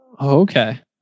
okay